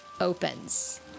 opens